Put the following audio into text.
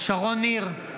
שרון ניר,